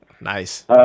nice